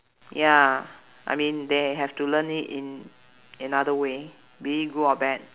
ya I mean they have to learn it in another way be it good or bad